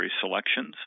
selections